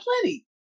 plenty